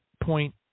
point